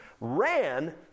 ran